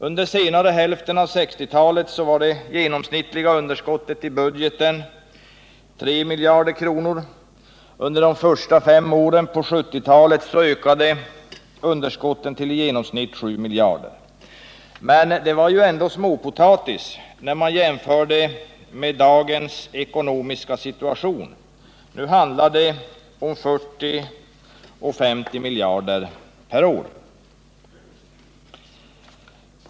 Under senare hälften av 1960-talet de första fem åren på 1970-talet ökade underskotten till i genomsnitt 7 Torsdagen den miljarder. Det var ju småpotatis jämfört med dagens ekonomiska situation. 14 december 1978 Nu handlar det om 40-50 miljarder per år.